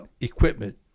Equipment